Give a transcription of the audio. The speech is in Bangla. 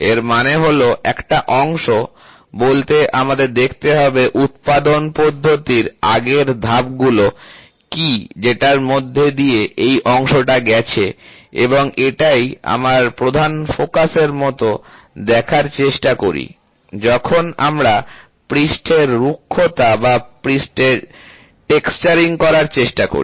এর মানে হলো একটা অংশ বলতে আমাদের দেখতে হবে উৎপাদন পদ্ধতির আগের ধাপগুলো কি যেটার মধ্যে দিয়ে এই অংশ টা গেছে এবং এটাই আমরা প্রধান ফোকাসের মত দেখার চেষ্টা করি যখন আমরা পৃষ্ঠের রুক্ষতা বা পৃষ্ঠের টেক্সচারিং করার চেষ্টা করি